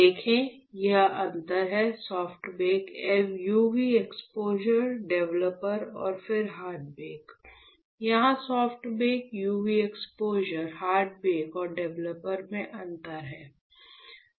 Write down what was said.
देखें यह अंतर है soft bake UV exposure developer और फिर हार्ड बेक यहां soft bake UV exposure hard break और डेवलपर में अंतर है